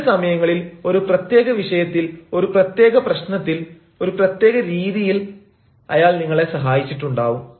ചില സമയങ്ങളിൽ ഒരു പ്രത്യേക വിഷയത്തിൽ ഒരു പ്രത്യേക പ്രശ്നത്തിൽ ഒരു പ്രത്യേക രീതിയിൽ അയാൾ നിങ്ങളെ സഹായിച്ചിട്ടുണ്ടാവും